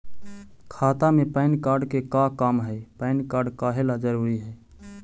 खाता में PAN card के का काम है पैन कार्ड काहे ला जरूरी है?